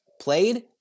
played